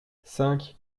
cinq